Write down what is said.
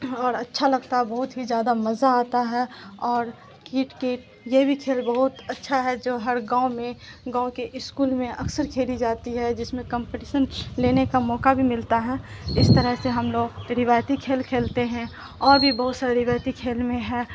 اور اچھا لگتا ہے بہت ہی زیادہ مزہ آتا ہے اور کیٹ کیٹ یہ بھی کھیل بہت اچھا ہے جو ہر گاؤں میں گاؤں کے اسکول میں اکثر کھیلی جاتی ہے جس میں کمپٹیشن لینے کا موقع بھی ملتا ہے اس طرح سے ہم لوگ روایتی کھیل کھیلتے ہیں اور بھی بہت سارے روایتی کھیل میں ہے